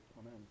Amen